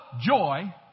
joy